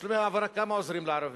תשלומי ההעברה, כמה עוזרים לערבים?